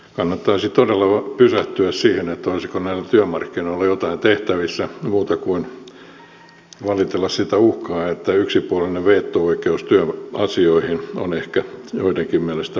kannattaisi todella pysähtyä siihen olisiko näille työmarkkinoille jotain tehtävissä muuta kuin valitella sitä uhkaa että yksipuolinen veto oikeus työasioihin on ehkä joidenkin mielestä vaakalaudalla